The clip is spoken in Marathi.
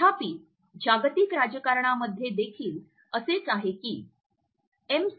तथापि जागतिक राजकारणामध्ये देखील असेच आहे की एम